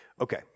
Okay